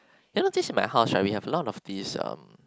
you know this is my house right we have a lot of this um